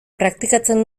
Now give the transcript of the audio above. praktikatzen